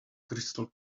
crystal